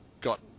got